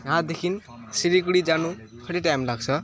यहाँदेखिन् सिलिगुढी जानु कति टाइम लाग्छ